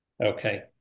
Okay